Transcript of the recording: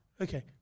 okay